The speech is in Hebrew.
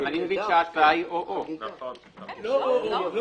אם זה יצא --- לא או-או.